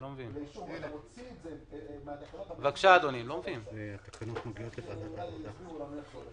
אני גם יושב-ראש האיגוד וגם מנהל מכון בבית חולים בפריפריה.